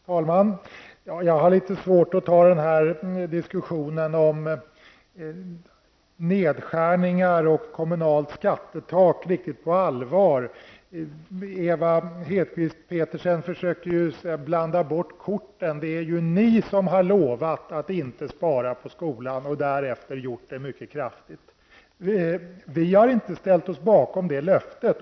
Herr talman! Jag har litet svårt att ta diskussionen om nedskärningar och kommunalt skattetak riktigt på allvar. Ewa Hedkvist Petersen försöker blanda bort korten. Det är socialdemokraterna som har lovat att inte spara in på skolan, och därefter har ni gjort det mycket kraftigt. Vi i folkpartiet har inte ställt oss bakom det löftet.